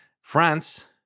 france